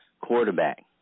quarterback